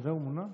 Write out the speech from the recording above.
מזה הוא מונע?